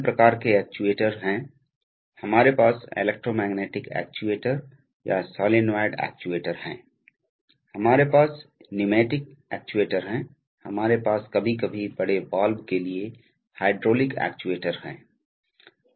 आम तौर पर विभिन्न प्रकार के एक्ट्यूएटर हैं हमारे पास इलेक्ट्रोमैग्नेटिक एक्ट्यूएटर या सोलनॉइड एक्ट्यूएटर हैं हमारे पास न्यूमैटिक एक्ट्यूएटर हैं हमारे पास कभी कभी बड़े वाल्व के लिए हाइड्रोलिक एक्ट्यूएटर हैं